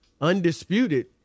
undisputed